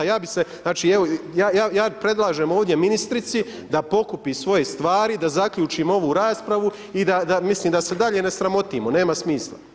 Ja bih se, znači evo ja predlažem ovdje ministrici da pokupi svoje stvari, da zaključimo ovu raspravu i da mislim da se dalje ne sramotimo, nema smisla.